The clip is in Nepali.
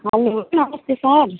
हेलो नमस्ते सर